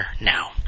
now